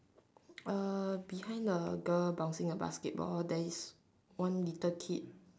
uh behind the girl bouncing a basketball there is one little kid